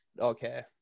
Okay